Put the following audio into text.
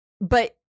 but-